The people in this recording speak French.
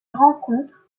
rencontrent